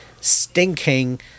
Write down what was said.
stinking